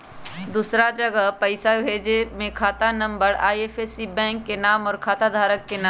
दूसरा जगह पईसा भेजे में खाता नं, आई.एफ.एस.सी, बैंक के नाम, और खाता धारक के नाम?